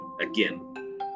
again